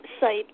site